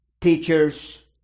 teachers